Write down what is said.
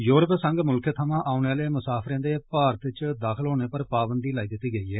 Europe संघ मुल्खे थमां औने आहले मुसाफिरें दे भारत च दाखल होने उप्पर पाबंदी लाई दित्ती गेई ऐ